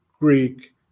Greek